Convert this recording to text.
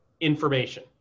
information